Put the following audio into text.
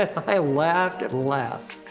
i laughed and laughed.